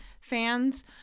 fans